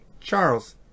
Charles